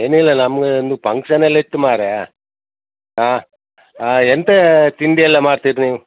ಏನಿಲ್ಲ ನಮಗೆ ಒಂದು ಪಂಕ್ಷನಲ್ ಇತ್ತು ಮಾರ್ರೇ ಹಾಂ ಎಂತ ತಿಂಡಿ ಎಲ್ಲ ಮಾಡ್ತಿರ ನೀವು